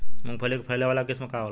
मूँगफली के फैले वाला किस्म का होला?